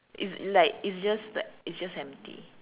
it's like it's just like it's just empty